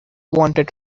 wanted